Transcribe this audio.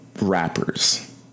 rappers